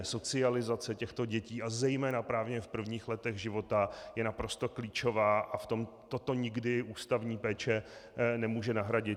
Socializace těchto dětí a zejména právě v prvních letech života je naprosto klíčová a toto nikdy ústavní péče nemůže nahradit.